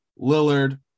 Lillard